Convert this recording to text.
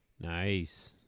nice